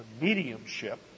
mediumship